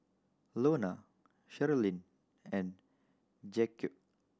Lona Sherilyn and Jaquez